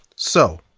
so,